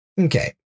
Okay